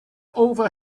over